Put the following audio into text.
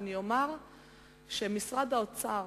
ואני אומר שלמשרד האוצר